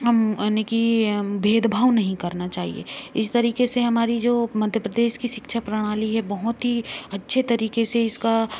यानी की भेदभाव नहीं करना चाहिए इस तरीके से हमारी जो मध्य प्रदेश की शिक्षा प्रणाली है बहुत ही अच्छे तरीके से इसका